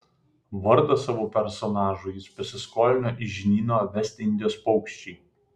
vardą savo personažui jis pasiskolino iš žinyno vest indijos paukščiai